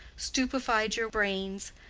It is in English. stupefied your brains,